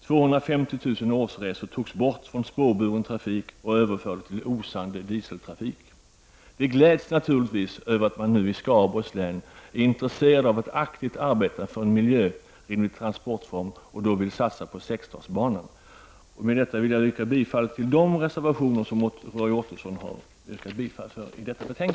250 000 årsresor togs bort från spårburen trafik och överfördes till osande dieseltrafik. Vi gläds naturligtvis över att man i Skaraborgs län nu är intresserad av att aktivt arbeta för en miljörimlig transportform och satsa på sexstadsbanan. Med detta yrkar jag bifall till de reservationer som också Roy Ottosson har yrkat bifall till.